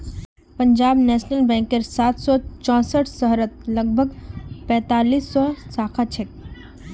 Punjab national बैंकेर सात सौ चौसठ शहरत लगभग पैंतालीस सौ शाखा छेक